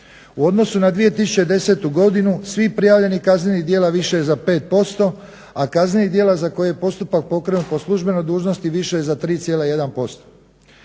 U odnosu na 2010. godinu svih prijavljenih kaznenih djela više je za 5%, a kaznenih djela za koje je postupak pokrenut po službenoj dužnosti više je za 3,1%.